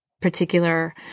particular